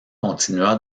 continua